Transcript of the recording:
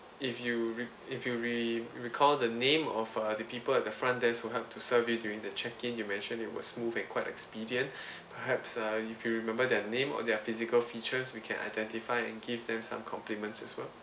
if you re~ if you re~ recall the name of uh the people at the front desk who help to serve you during the check-in you mentioned it was smooth and quite expedient perhaps uh if you remember their name or their physical features we can identify and give them some compliments as well